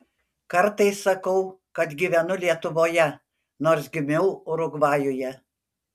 kartais sakau kad gyvenu lietuvoje nors gimiau urugvajuje